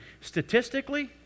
Statistically